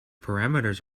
parameters